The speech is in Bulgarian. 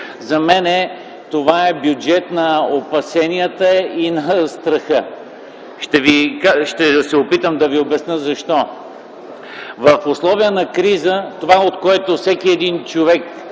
За мен това е бюджет на опасенията и на страха. Ще се опитам да Ви обясня защо. В условия на криза това, което всеки един човек